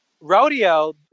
rodeo